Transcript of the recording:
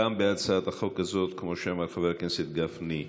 גם בהצעת חוק זו, כמו שאמר חבר הכנסת גפני,